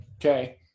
Okay